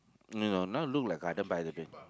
no no no not look like Gardens-by-the-Bay